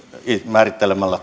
määrittelemällä